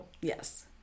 Yes